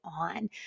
on